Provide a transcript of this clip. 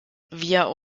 via